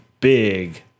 Big